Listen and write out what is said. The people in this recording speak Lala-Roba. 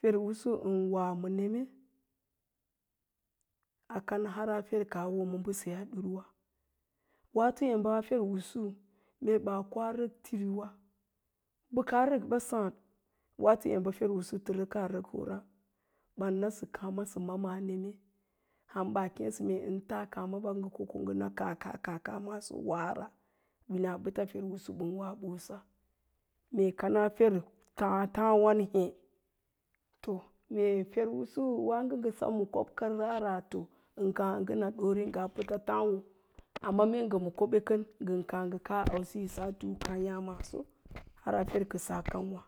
fer'usu ən wa ma neme a kana har fer kaa woma mbəseyaa ɗurwa, waato emɓa a fer'usu mee ɓaa koa rək tiriwa mbə kaa rəkɓa sáád tə rəkaa rəkora, ɓari nasə kááma sə ma ma a neme, ham ban taasə ɓa, ngə ko ko ngá na kaa kaa kaa maso sə wara ale winaɓəta fer'usu ɓən bose, mee kanaa fer táá tááwan hé. To, mee fer'usu pə wáágo ngə sem kob karara wáágo ən káá ngə ɗoore ngaa pətə wawo amma mee ngə ma koɓa kən ngən káá ngə kaa ausiyi ngaa tukaa yáá maso har awo fer u kəsaa kang'wá